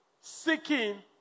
seeking